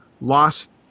lost